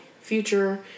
future